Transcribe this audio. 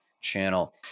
channel